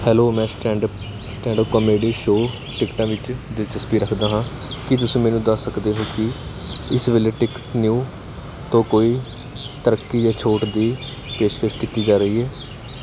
hello ਮੈਂ stand up stand up comedy show ਟਿਕਟਾਂ ਵਿੱਚ ਦਿਲਚਸਪੀ ਰੱਖਦਾ ਹਾਂ ਕੀ ਤੁਸੀਂ ਮੈਨੂੰ ਦੱਸ ਸਕਦੇ ਹੋ ਕੀ ਇਸ ਵੇਲੇ ਟਿਕਟ ਨਿਊ ਤੋਂ ਕੋਈ ਤਰੱਕੀ ਜਾਂ ਛੋਟ ਦੀ ਪੇਸ਼ਕਸ਼ ਕੀਤੀ ਜਾ ਰਹੀ ਹੈ